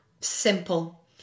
Simple